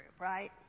right